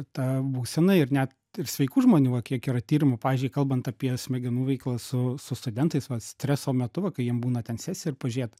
ta būsena ir net ir sveikų žmonių va kiek yra tyrimų pavyzdžiui kalbant apie smegenų veiklą su su studentais va streso metu va kai jiem būna ten sesija ir pažiūrėt